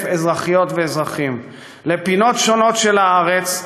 אזרחיות ואזרחים לפינות שונות של הארץ.